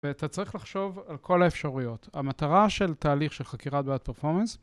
ואתה צריך לחשוב על כל האפשרויות. המטרה של תהליך של חקירת בעד פרפורמנס